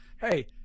Hey